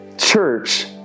church